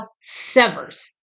severs